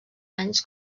anys